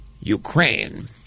Ukraine